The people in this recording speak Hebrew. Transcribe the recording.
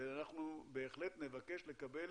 אנחנו בהחלט נבקש לקבל